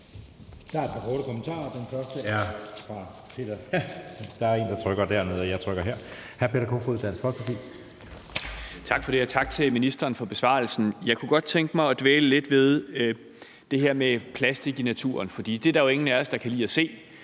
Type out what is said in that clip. er fra hr. Peter Kofod, Dansk Folkeparti. Kl. 14:03 Peter Kofod (DF): Tak for det, og tak til ministeren for besvarelsen. Jeg kunne godt tænke mig at dvæle lidt ved det her med plastik i naturen. For det er der jo ingen af os der kan lide at se,